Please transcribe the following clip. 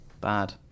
Bad